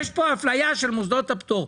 יש פה אפליה של מוסדות הפטור,